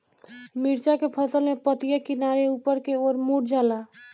मिरचा के फसल में पतिया किनारे ऊपर के ओर मुड़ जाला?